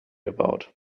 about